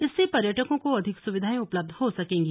इससे पर्यटकों को अधिक सुविधाएं उपलब्ध हो सकेंगी